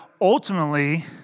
ultimately